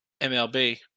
MLB